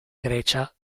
grecia